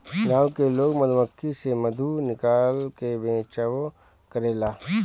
गाँव के लोग मधुमक्खी से मधु निकाल के बेचबो करेला